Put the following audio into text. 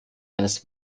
eines